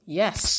yes